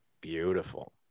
Beautiful